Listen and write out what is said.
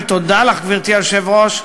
ותודה לך, גברתי היושבת-ראש,